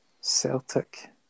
Celtic